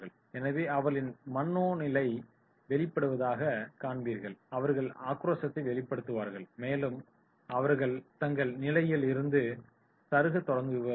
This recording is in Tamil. எனவே அவர்களின் மனோநிலை வெளிப்படுவதாக உணர்ந்தவுடன் அவர்கள் ஆக்ரோஷத்தை வெளிப்படுத்துவார்கள் மேலும் அவர்கள் தங்கள் நிலையில் இருந்து சறுகத் தொடங்குவார்கள்